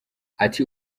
ati